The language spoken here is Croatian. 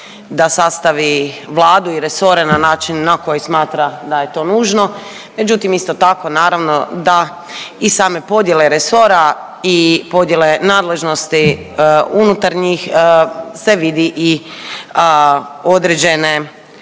da sastavi vladu i resore na način na koji smatra da je to nužno, međutim isto tako naravno da i same podjele resora i podjele nadležnosti unutar njih se vidi i određene